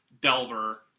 Delver